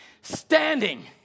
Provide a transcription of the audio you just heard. standing